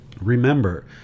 Remember